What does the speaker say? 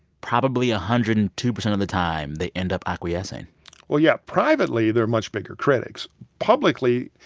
probably a hundred and two percent of the time, they end up acquiescing well, yeah. privately, they're much bigger critics. publicly,